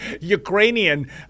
Ukrainian